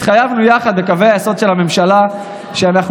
התחייבנו יחד בקווי היסוד של הממשלה שאנחנו